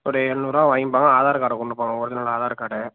ஒரு ஏழநூறுவா வாங்க்கிப்பாங்க ஆதார் கார்டை கொண்டுப் போங்க ஒரிஜினல் ஆதார் கார்டு